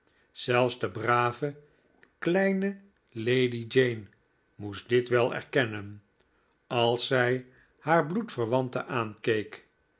zelfs de brave kleine lady jane moest dit wel erkennen als zij haar bloedverwante aankeek